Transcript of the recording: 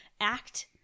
act